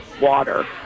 water